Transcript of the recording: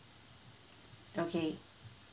okay